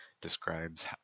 describes